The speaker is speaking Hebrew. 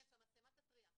כן, שהמצלמה תתריע.